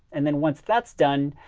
and then once that's done,